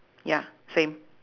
ya same